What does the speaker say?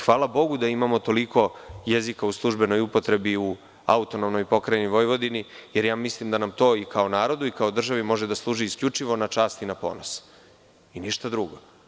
Hvala Bogu da imamo toliko jezika u službenoj upotrebi u AP Vojvodini, jer mislim da nam to i kao narodu i kao državi može da služi isključivo na čast i na ponos i ništa drugo.